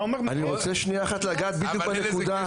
אני רוצה שנייה אחת לגעת בדיוק בנקודה.